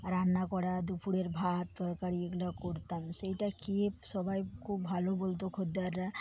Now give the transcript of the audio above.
রান্না করা দুপুরের ভাত তরকারি এইগুলো করতাম সেইটা গিয়ে সবাই খুব ভালো বলত খদ্দেররা